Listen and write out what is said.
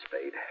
Spade